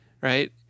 Right